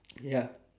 ya